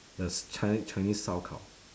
the chi~ chinese 烧烤